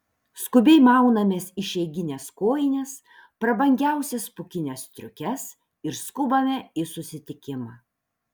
skubiai maunamės išeigines kojines prabangiausias pūkines striukes ir skubame į susitikimą